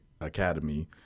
academy